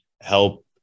help